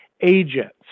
agents